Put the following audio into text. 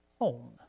home